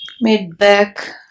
mid-back